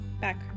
back